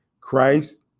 Christ